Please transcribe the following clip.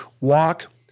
walk